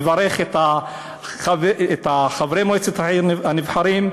מברך את חברי מועצת העיר הנבחרים,